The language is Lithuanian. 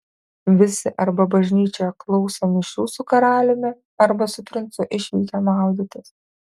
visi arba bažnyčioje klauso mišių su karaliumi arba su princu išvykę maudytis